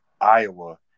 Iowa